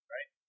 Right